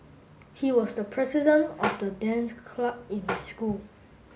he was the president of the dance club in my school